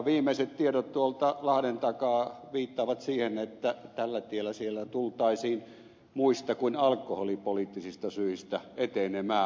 viimeiset tiedot tuolta lahden takaa viittaavat siihen että tällä tiellä siellä tultaisiin muista kuin alkoholipoliittisista syistä etenemään